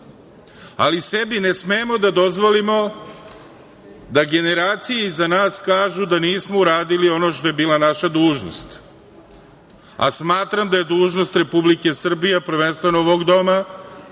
ali sebi ne smemo da dozvolimo da generacije iza nas kažu da nismo uradili ono što je bila naša dužnost, a smatram da je dužnost Republike Srbije, a prvenstveno ovog doma